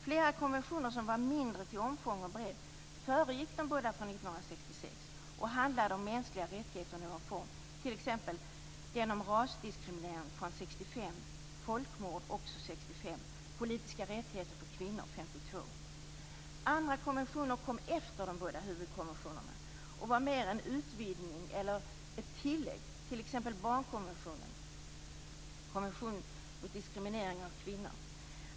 Flera konventioner, som var mindre till omfång och bredd, föregick de båda från 1966 och handlade om mänskliga rättigheter i någon form, t.ex. den om rasdiskriminering från 1965, folkmord 1965 och politiska rättigheter för kvinnor 1952. Andra konventioner kom efter de båda huvudkonventionerna och var mer en utvidgning eller ett tillägg, t.ex. barnkonventionen och konventionen mot diskriminering av kvinnor.